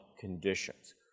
conditions